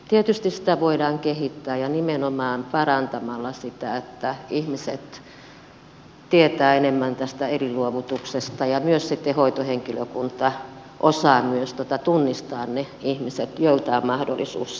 tietysti sitä voidaan kehittää nimenomaan parantamalla sitä että ihmiset tietävät enemmän tästä elinluovutuksesta ja myös sitten hoitohenkilökunta osaa tunnistaa ne ihmiset joilta on mahdollisuus saada elimiä siirtoa varten